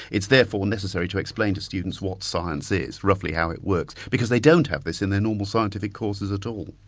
it's therefore necessary to explain to students what science is, roughly, how it works, because they don't have this in their normal scientific courses at all.